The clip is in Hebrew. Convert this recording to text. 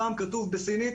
הפעם כתוב בסינית.